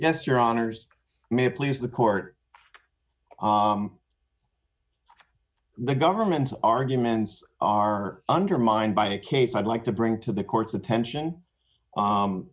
yes your honour's may please the court the government's arguments are undermined by a case i'd like to bring to the court's attention